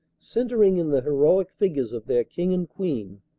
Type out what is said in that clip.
centering in the heroic figures of their king and queen,